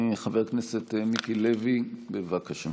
חבר הכנסת מיקי לוי, בבקשה.